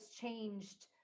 changed